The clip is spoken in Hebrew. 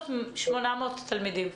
800 תלמידים.